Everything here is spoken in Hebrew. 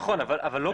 נכון, אבל לא כתוב.